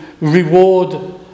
reward